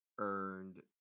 earned